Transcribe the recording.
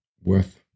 worth